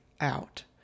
out